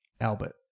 Albert